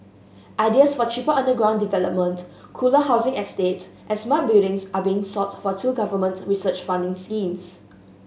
ideas for cheaper underground development cooler housing estates and smart buildings are being sought for two government research funding schemes